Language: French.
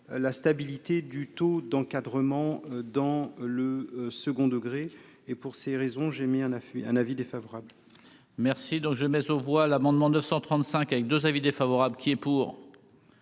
la stabilité du taux d'encadrement dans le second degré et pour ces raisons, j'ai mis un affût un avis défavorable. Merci donc je laisse aux voix l'amendement 235 avec 2 avis défavorables. Qui est pour,